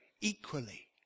equally